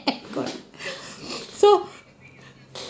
correct so